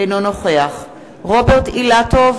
אינו נוכח רוברט אילטוב,